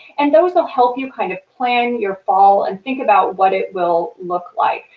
and those will help you kind of plan your fall and think about what it will look like.